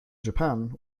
japan